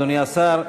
אדוני השר,